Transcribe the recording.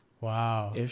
wow